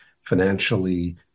financially